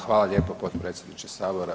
Hvala lijepo potpredsjedniče sabora.